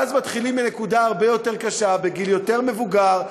ואז מתחילים בנקודה הרבה יותר קשה בגיל יותר מבוגר,